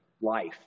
life